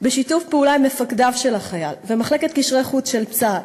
בשיתוף פעולה עם מפקדיו של החייל ומחלקת קשרי חוץ של צה"ל,